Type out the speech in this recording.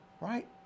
right